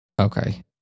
Okay